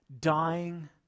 dying